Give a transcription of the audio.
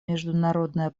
международное